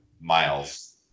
miles